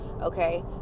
okay